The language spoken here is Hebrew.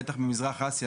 בטח במזרח אסיה,